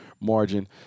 margin